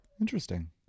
Interesting